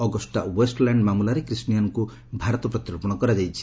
Agusta Westland ମାମଲାରେ କ୍ରିଷ୍ଟିଆନ୍କୁ ଭାରତକୁ ପ୍ରତ୍ୟର୍ପଣ କରାଯାଇଛି